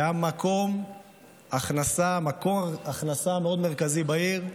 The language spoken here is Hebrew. שהיה מקור הכנסה מאוד מרכזי בעיר,